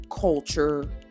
culture